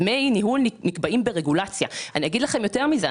דמי הניהול נקבעים ברגולציה ואני אומר לכם יותר מזה,